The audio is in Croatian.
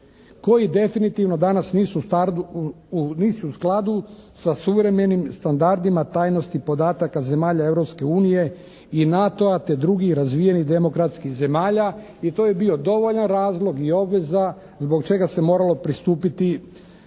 koji definitivno danas nisu u skladu sa suvremenim standardima tajnosti podataka zemalja Europske unije i NATO-a te drugih razvijenih demokratskih zemalja i to je bio dovoljan razlog i obveza zbog čega se moralo pristupiti